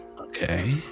Okay